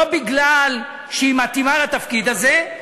לא מפני שהיא מתאימה לתפקיד הזה,